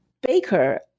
Baker